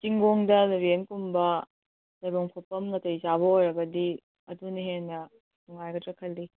ꯆꯤꯡꯒꯣꯡꯗ rain ꯀꯨꯝꯕ ꯂꯩꯕꯝ ꯈꯣꯠꯐꯝ ꯅꯥꯇꯩ ꯆꯥꯕ ꯑꯣꯏꯔꯒꯗꯤ ꯑꯗꯨꯅ ꯍꯦꯟꯅ ꯅꯨꯡꯉꯥꯏꯒꯗ꯭ꯔꯥ ꯈꯜꯂꯤ